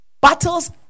Battles